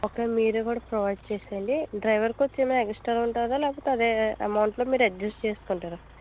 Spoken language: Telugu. ఓకే మీరే కూడా ప్రొవైడ్ చేసెయ్యండి డ్రైవర్కి వచ్చి ఏమైనా ఎక్స్స్ట్రా ఉంటుందా లేకపోతే అదే అమౌంట్లో మీరు అడ్జిస్ట్ చేసుకుంటారా